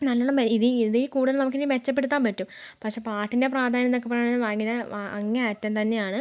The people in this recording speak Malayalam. നല്ലവണ്ണം ഇതിൽ ഇതിൽ കൂടുതൽ നമുക്കിനി മെച്ചപ്പെടുത്താൻ പറ്റും പക്ഷേ പാട്ടിൻ്റെ പ്രധാന്യം എന്നൊക്കെ പറയുന്നത് ഭയങ്കര അങ്ങേ അറ്റം തന്നെയാണ്